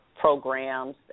programs